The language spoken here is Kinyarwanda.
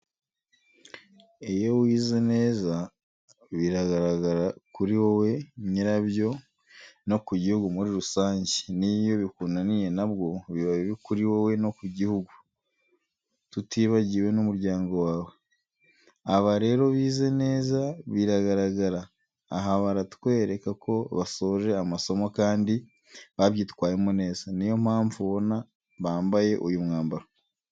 Iyo wize neza biragaragara kuri wowe nyirabyo no ku gihugu muri rusange, n'iyo bikunaniye na bwo biba bibi kuri wowe no ku gihugu, tutibagiwe n'umuryango wawe. Aba rero bize neza biragaragara, aha baratwereka ko basoje amasomo kandi babyitwayemo neza, niyo mpamvu ubona bambaye uyu mwambaro.